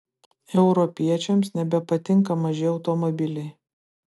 europiečiams nebepatinka maži automobiliai